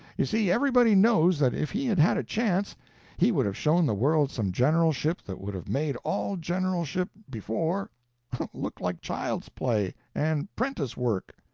you see, everybody knows that if he had had a chance he would have shown the world some generalship that would have made all generalship before look like child's play and prentice work.